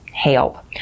Help